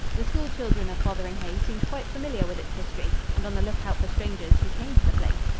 the school children of fotheringhay seemed quite familiar with its history and on the lookout for strangers who came to the place.